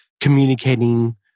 communicating